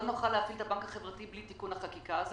לא נוכל להפעיל את הבנק החברתי בלי תיקון החקיקה הזה